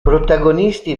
protagonisti